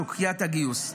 סוגיית הגיוס.